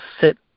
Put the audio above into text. sit